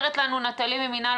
אומרת לנו נטלי ממינהל